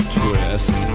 twist